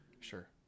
Sure